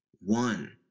One